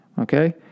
Okay